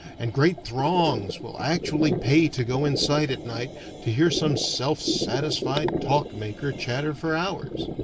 and great throngs will actually pay to go inside at night to hear some self-satisfied talk-maker chatter for hours.